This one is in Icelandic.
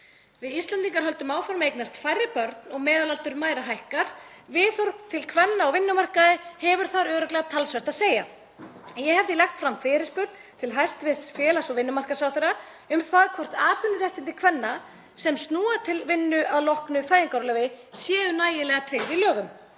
Við Íslendingar höldum áfram eignast færri börn og meðalaldur mæðra hækkar. Viðhorf til kvenna á vinnumarkaði hefur þar örugglega talsvert að segja. Ég hef því lagt fram fyrirspurn til hæstv. félags- og vinnumarkaðsráðherra um það hvort atvinnuréttindi kvenna sem snúa til vinnu að loknu fæðingarorlofi séu nægilega tryggð í lögum.